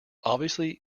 obviously